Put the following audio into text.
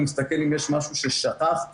אני מסתכל אם יש משהו ששכחתי.